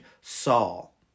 Saul